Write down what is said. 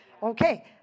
Okay